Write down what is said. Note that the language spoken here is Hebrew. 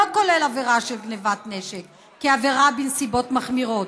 לא כולל עבירה של גנבת נשק כעבירה בנסיבות מחמירות,